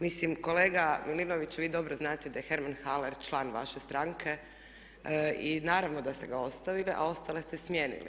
Mislim kolega Milinović vi dobro znate da je Herman Haler član vaše stranke i naravno da ste ga ostavili, a ostale ste smijenili.